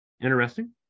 interesting